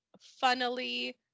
funnily